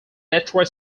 detroit